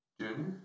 Junior